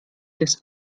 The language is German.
des